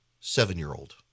seven-year-old